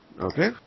Okay